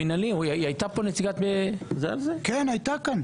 הייתה פה נציגת --- כן, הייתה כאן.